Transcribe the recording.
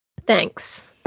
Thanks